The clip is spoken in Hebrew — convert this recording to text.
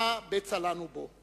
מה בצע לנו בו?